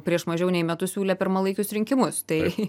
prieš mažiau nei metus siūlė pirmalaikius rinkimus tai